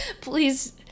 Please